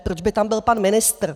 Proč by tam byl pan ministr?